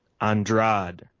Andrade